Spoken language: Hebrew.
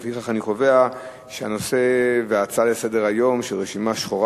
לפיכך אני קובע שההצעות לסדר-היום על רשימה שחורה